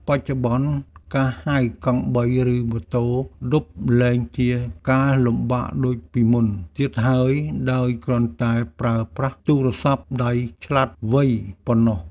បច្ចុប្បន្នការហៅកង់បីឬម៉ូតូឌុបលែងជាការលំបាកដូចពីមុនទៀតហើយដោយគ្រាន់តែប្រើប្រាស់ទូរស័ព្ទដៃឆ្លាតវៃប៉ុណ្ណោះ។